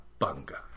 bunga